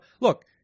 look